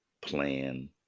plan